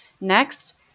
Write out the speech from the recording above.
Next